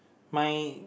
my